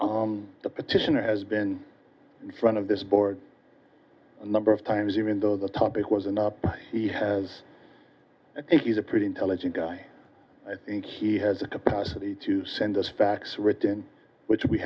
have the petitioner has been in front of this board a number of times even though the topic was enough he has i think he's a pretty intelligent guy i think he has the capacity to send us facts written which we